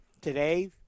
today